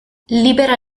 libera